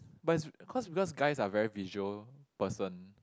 but is cause because guys are very visual person